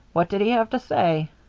what did he have to say?